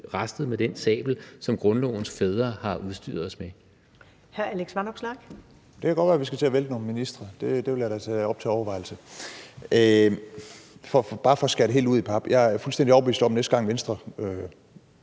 næstformand (Karen Ellemann): Hr. Alex Vanopslagh. Kl. 16:50 Alex Vanopslagh (LA): Det kan godt være, at vi skal til at vælte nogle ministre; det vil jeg da tage op til overvejelse. Bare for at skære det helt ud i pap: Jeg er fuldstændig overbevist om, at næste gang Venstre